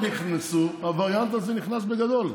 הווריאנט הזה נכנס בגדול,